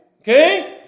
Okay